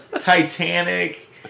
Titanic